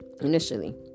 initially